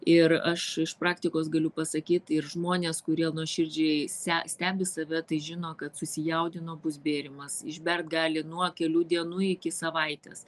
ir aš iš praktikos galiu pasakyt ir žmonės kurie nuoširdžiai se stebi save tai žino kad susijaudino bus bėrimas išbert gali nuo kelių dienų iki savaitės